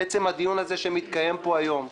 עצם הדיון הזה שמתקיים פה היום,